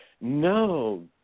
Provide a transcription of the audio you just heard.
no